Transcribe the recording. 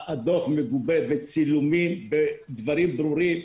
הדוח מגובה בצילומים ובדברים ברורים.